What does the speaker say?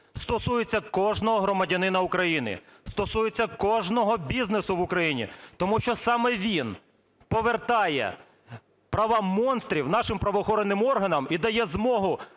стосується кожного громадянина України, стосується кожного бізнесу в Україні. Тому що саме він повертає права монстрів нашим правоохоронним органам і дає змогу